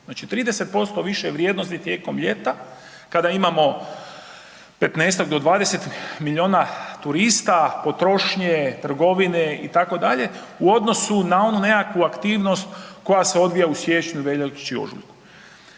znači 30% više vrijednosti tijekom ljeta kada imamo 15-ak do 20 milijuna turista, potrošnje, trgovine itd. u odnosu na onu nekakvu aktivnost koja se odvija u siječnju, veljači, ožujku.